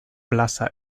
plaza